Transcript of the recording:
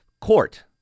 court